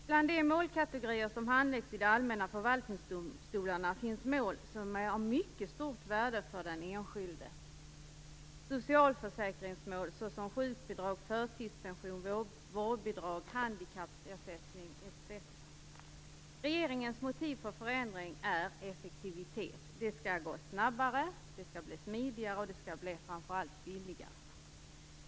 Bland de målkategorier som handläggs i de allmänna förvaltningsdomstolarna finns mål som är av mycket stort värde för den enskilde, exempelvis socialförsäkringsmål som gäller t.ex. sjukbidrag, förtidspension, vårdbidrag, handikappersättning, etc. Regeringens motiv för förändring är effektivitet. Det skall gå snabbare, det skall bli smidigare, och det skall framför allt bli billigare.